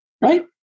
Right